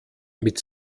mit